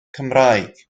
cymraeg